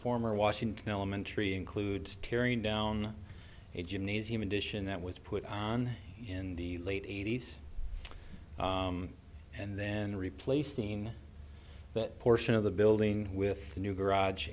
former washington elementary includes tearing down a gymnasium edition that was put on in the late eighty's and then replace scene that portion of the building with a new garage